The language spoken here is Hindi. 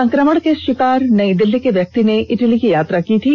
संक्रमण के शिकार नई दिल्ली के व्यक्ति ने इटली की यात्रा की थी